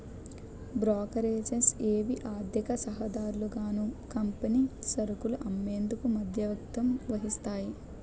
brokerages ఏవి ఆర్థిక సలహాదారులుగాను కంపెనీ సరుకులు అమ్మేందుకు మధ్యవర్తత్వం వహిస్తాయి